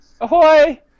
Ahoy